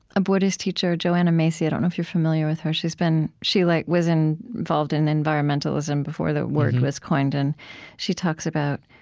buddhist teacher, joanna macy. i don't know if you're familiar with her. she's been she like was involved in environmentalism before the word was coined. and she talks about,